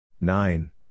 Nine